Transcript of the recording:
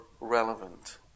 relevant